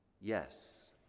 Yes